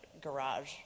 garage